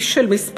איש של מספרים,